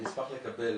אני אשמח לקבל